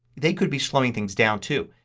they could be slowing things down too.